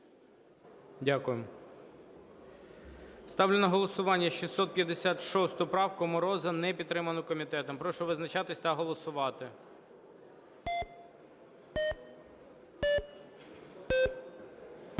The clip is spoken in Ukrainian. Дякую. Ставлю на голосування 656 правку Мороза, не підтриману комітетом. Прошу визначатися та голосувати.